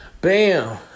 Bam